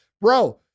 bro